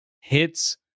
hits